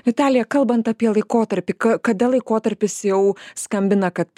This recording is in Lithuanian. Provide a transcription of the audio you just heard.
vitalija kalbant apie laikotarpį kada laikotarpis jau skambina kad